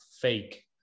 fake